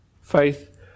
Faith